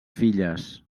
filles